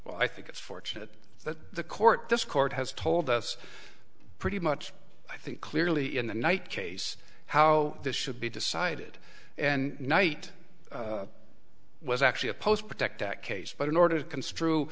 well i think it's fortunate that the court this court has told us pretty much i think clearly in the night case how this should be decided and night was actually a post protect that case but in order to construe